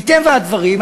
מטבע הדברים,